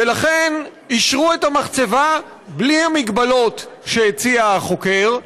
ולכן אישרו את המחצבה בלי המגבלות שהציע החוקר,